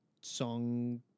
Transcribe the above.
Song